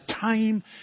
time